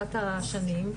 ארוכת השנים,